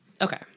Okay